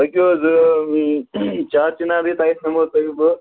پٔکِو حظ چار چناری تانیٚتھ ہیٚمو تۄہہِ بہٕ